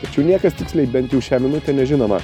tačiau niekas tiksliai bent jau šią minutę nežinoma